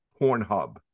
Pornhub